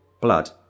blood